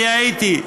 אני הייתי.